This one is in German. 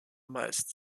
meist